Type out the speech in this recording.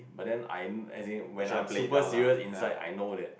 but then I as in when I'm super serious inside I know that